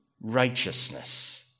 righteousness